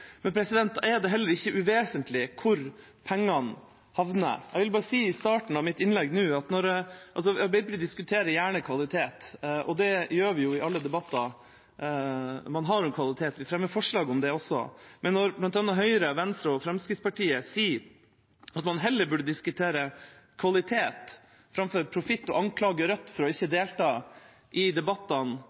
Men da er det heller ikke uvesentlig hvor pengene havner. Jeg vil bare si, nå i starten av mitt innlegg, at Arbeiderpartiet gjerne diskuterer kvalitet – det gjør vi jo i alle debatter man har om kvalitet, vi fremmer forslag om det også – men når bl.a. Høyre, Venstre og Fremskrittspartiet sier at man heller burde diskutere kvalitet framfor profitt, og anklager Rødt for ikke å delta i debattene